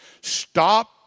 Stop